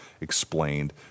explained